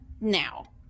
now